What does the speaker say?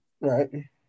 Right